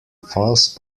false